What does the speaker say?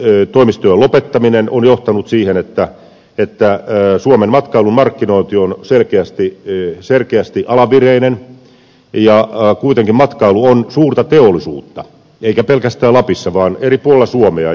ulkomaantoimistojen lopettaminen on johtanut siihen että suomen matkailun markkinointi on selkeästi alavireinen ja kuitenkin matkailu on suurta teollisuutta eikä pelkästään lapissa vaan eri puolilla suomea